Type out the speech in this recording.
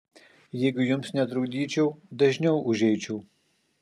jeigu jums netrukdyčiau dažniau užeičiau